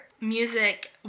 music